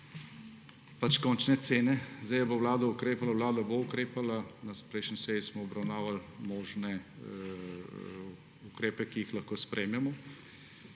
končne cene. Ali bo vlada ukrepala? Vlada bo ukrepala. Na prejšnji seji smo obravnavali možne ukrepe, ki jih lahko sprejmemo.